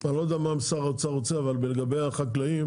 אני לא יודע מה שר האוצר רוצה, אבל לגבי החקלאים